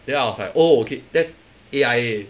then I was like oh okay that's A_I_A